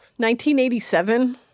1987